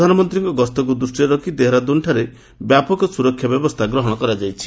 ପ୍ରଧାନମନ୍ତ୍ରୀଙ୍କ ଗସ୍ତକୁ ଦୃଷ୍ଟିରେ ରଖି ଦେହରାଦୁନ୍ଠାରେ ବ୍ୟାପକ ସ୍ୱରକ୍ଷା ବ୍ୟବସ୍ଥା ଗ୍ରହଣ କରାଯାଇଛି